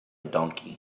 donkey